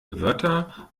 wörter